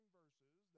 verses